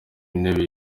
w’intebe